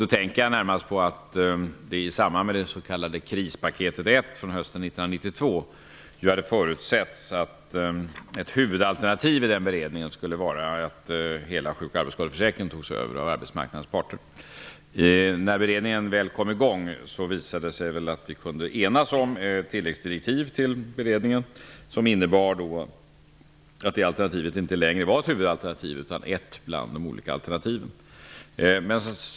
Jag tänker närmast på att det i samband med det s.k. krispaket 1 hösten 1992 förutsattes att ett huvudalternativ i den beredningen skulle vara att hela sjuk och arbetsskadeförsäkringen togs över av arbetsmarknadens parter. När beredningen väl kom i gång visade det sig att vi kunde enas om till läggsdirektiv till beredningen som innebar att det alternativet inte längre var ett huvudalternativ utan ett bland de olika alternativen.